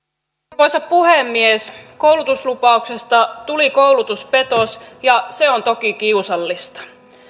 arvoisa puhemies koulutuslupauksesta tuli koulutuspetos ja se on toki kiusallista